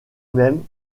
même